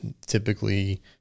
Typically